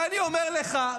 ואני אומר לך,